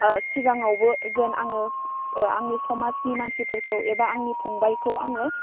सिगाङावबो जेन आङो आंनि समाजनि मानसिफोरखौ एबा आंनि फंबाइखौ आङो